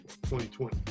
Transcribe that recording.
2020